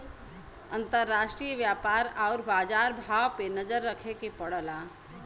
अंतराष्ट्रीय व्यापार आउर बाजार भाव पे नजर रखे के पड़ला